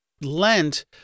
Lent